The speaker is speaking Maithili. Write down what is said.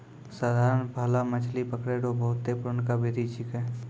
साधारण भाला मछली पकड़ै रो बहुते पुरनका बिधि छिकै